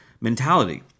mentality